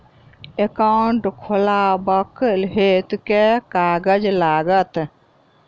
Account खोलाबक हेतु केँ कागज लागत?